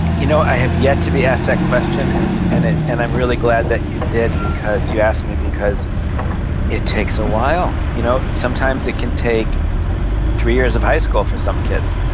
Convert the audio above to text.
you know, i have yet to be asked that question, and and and i'm really glad that you did, because you asked me, because it takes a while, you know? sometimes it can take three years of high school for some kids.